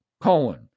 colon